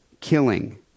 killing